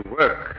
work